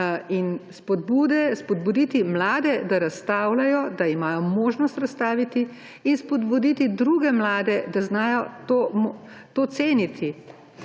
in spodbuditi mlade, da razstavljajo, da imajo možnost razstaviti, in spodbuditi druge mlade, da znajo to ceniti.